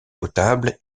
potable